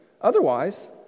Otherwise